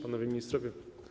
Panowie Ministrowie!